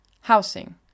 Housing